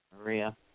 Maria